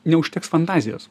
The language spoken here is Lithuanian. neužteks fantazijos